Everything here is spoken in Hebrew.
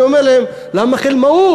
אני אומר להם: למה חלמאות?